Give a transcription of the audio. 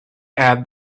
add